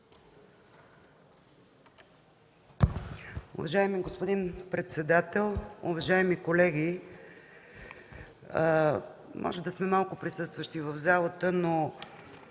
Уважаеми господин председател, уважаеми колеги! Може да сме малко присъстващи в залата, но